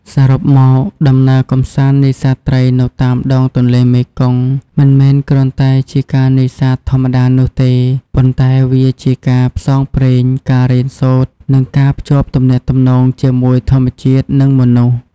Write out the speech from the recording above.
សរុបមក ដំណើរកម្សាន្តនេសាទត្រីនៅតាមដងទន្លេមេគង្គ មិនមែនគ្រាន់តែជាការនេសាទធម្មតានោះទេ ប៉ុន្តែវាជាការផ្សងព្រេង ការរៀនសូត្រ និងការភ្ជាប់ទំនាក់ទំនងជាមួយធម្មជាតិនិងមនុស្ស។